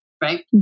right